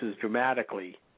dramatically